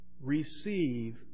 Receive